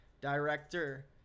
director